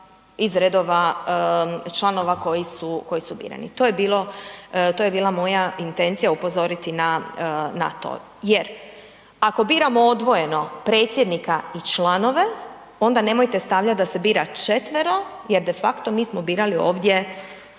iz redova članova koji su birani. To je bila moja intencija upozoriti na to jer ako biramo odvojeno predsjednika i članove onda nemojte stavljati da se bira četvero jer de facto mi smo birali ovdje